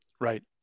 Right